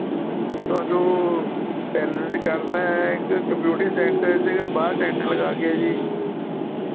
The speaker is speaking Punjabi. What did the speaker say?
ਤੁਹਾਨੂੰ ਪੈਲੇਸ ਕਰਨਾ ਹੈ ਕਿ ਕਮਿਊਨਟੀ ਸੈਂਟਰ 'ਚ ਕਿ ਬਾਹਰ ਟੈਂਟ ਲਗਾ ਕੇ ਜੀ